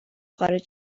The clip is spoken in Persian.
خارج